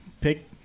pick